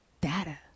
data